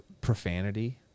profanity